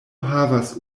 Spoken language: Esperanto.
havas